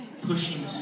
pushing